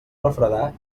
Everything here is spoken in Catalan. refredar